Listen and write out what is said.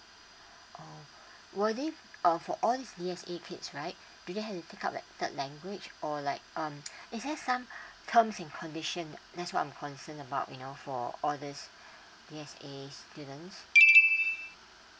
oh will they uh for all these D_S_A kids right do they have to pick up like the third language or like um is there some terms in condition that's what I'm concerned about you know for all these D_S_A students